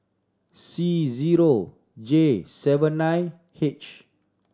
C zero J seven nine H